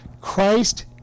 Christ